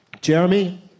Jeremy